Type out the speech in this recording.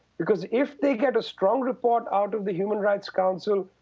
because if they get a strong report out of the human rights council,